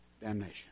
damnation